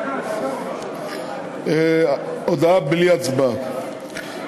הודעה בלי הצבעה.